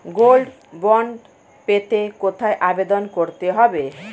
Gold bond পেতে কোথায় আবেদন করতে হবে?